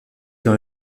dans